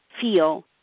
feel